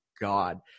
God